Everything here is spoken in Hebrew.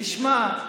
תשמע,